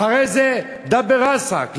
אחרי זה, ידרובּ ראסק.